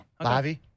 Lavi